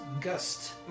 Gust